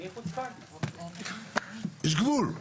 יש גבול.